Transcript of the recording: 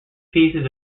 pieces